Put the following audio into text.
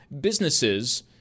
businesses